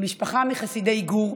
משפחה מחסידי גור,